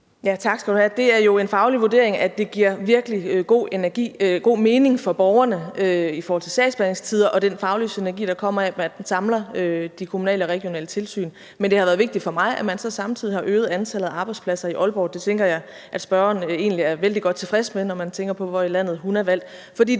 er jo en faglig vurdering, at det giver virkelig god mening for borgerne i forhold til sagsbehandlingstider og den faglige synergi, der kommer af, at man samler de kommunale og regionale tilsyn. Men det har været vigtigt for mig, at man så samtidig har øget antallet af arbejdspladser i Aalborg. Det tænker jeg at spørgeren egentlig er vældig godt tilfreds med, når man tænker på, hvor i landet hun er valgt.